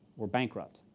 we're bankrupt.